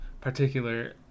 particular